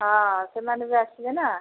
ହଁ ସେମାନେ ବି ଆସିବେ ନା